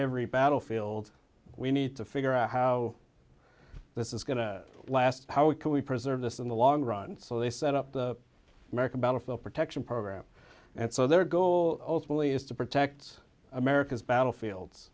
every battlefield we need to figure out how this is going to last how can we preserve this in the long run so they set up the american battlefield protection program and so their goal ultimately is to protect america's battlefields